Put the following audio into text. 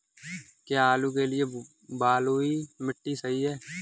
क्या आलू के लिए बलुई मिट्टी सही है?